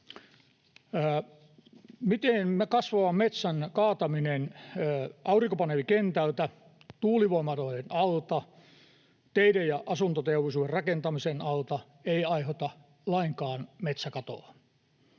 Miten kasvavan metsän kaataminen aurinkopaneelikentältä, tuulivoimaloiden alta, teiden ja asuntoteollisuuden rakentamisen alta ei aiheuta lainkaan metsäkatoa?